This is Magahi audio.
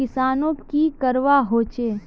किसानोक की करवा होचे?